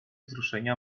wzruszenia